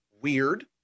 weird